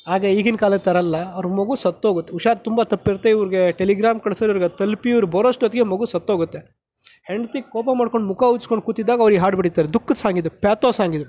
ಆಗ ಈಗಿನ ಕಾಲದ ಥರ ಅಲ್ಲ ಅವರ ಮಗು ಸತ್ತೋಗುತ್ತೆ ಹುಷಾರು ತುಂಬ ತಪ್ಪಿರುತ್ತೆ ಇವ್ರಿಗೆ ಟೆಲಿಗ್ರಾಂ ಕಳ್ಸಿದ್ರೆ ಅದು ತಲುಪಿ ಇವರು ಬರುವಷ್ಟೊತ್ತಿಗೆ ಮಗು ಸತ್ತೋಗುತ್ತೆ ಹೆಂಡತಿ ಕೋಪ ಮಾಡಿಕೊಂಡು ಮುಖ ಊದಿಸ್ಕೊಂಡು ಕೂತಿದ್ದಾಗ ಅವರು ಈ ಹಾಡು ಬರೀತಾರೆ ದುಃಖದ ಸಾಂಗ್ ಇದು ಪ್ಯಾಥೋ ಸಾಂಗ್ ಇದು